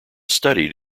studied